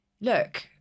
look